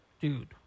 dude